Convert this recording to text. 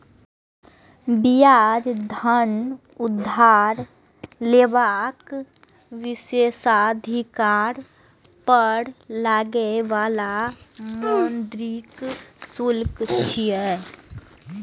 ब्याज धन उधार लेबाक विशेषाधिकार पर लागै बला मौद्रिक शुल्क छियै